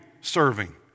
serving